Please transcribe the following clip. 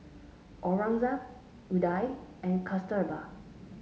Aurangzeb Udai and Kasturba